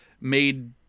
made